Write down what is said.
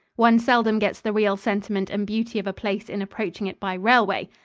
one seldom gets the real sentiment and beauty of a place in approaching it by railway.